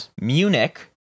Munich